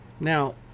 Now